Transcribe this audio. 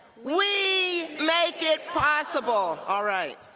we make it possible. all right.